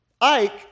Ike